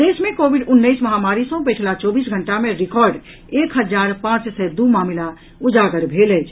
प्रदेश मे कोविड उन्नैस महामारी सॅ पछिला चौबीस घंटा मे रिकार्ड एक हजार पांच सय दू मामिला उजागर भेल अछि